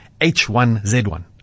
h1z1